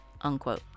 unquote